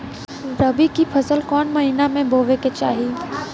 रबी की फसल कौने महिना में बोवे के चाही?